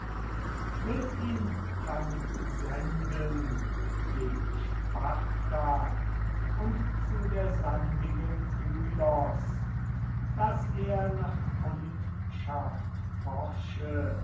will ihn dann senden gen sparta und zu der sandigen pylos daß er nach kundschaft forsche